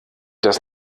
das